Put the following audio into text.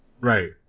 Right